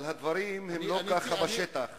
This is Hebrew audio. אבל הדברים הם לא ככה בשטח.